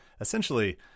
essentially